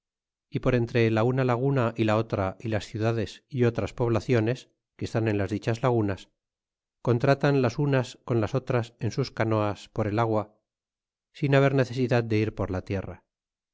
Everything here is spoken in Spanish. é por entre la una laguna y la otra las ciudades y otras poblaciones que estan en las dichas lagunas contratan las unas con las otras en sus canoas por el agua sin haber necesidad de ir por la tierra